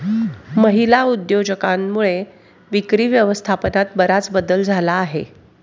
महिला उद्योजकांमुळे विक्री व्यवस्थापनात बराच बदल झाला आहे